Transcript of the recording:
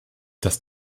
dass